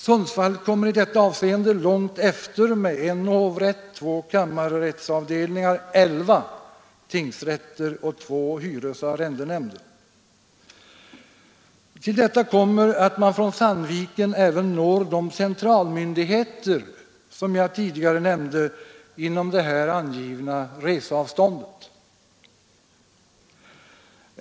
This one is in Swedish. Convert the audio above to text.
Sundsvall kommer i detta avseende långt efter med 1 hovrätt, 2 Till detta bör läggas att man från Sandviken även når de centralmyndigheter som jag tidigare nämnde inom det här angivna reseavståndet.